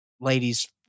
ladies